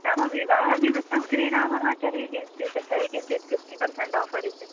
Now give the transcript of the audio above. नाम विवाहनिमित्तं क्रीणीमः तर्हि तैः किञ्चित् फ़िफ़्टि पर्सेण्ट् आफ़र् इति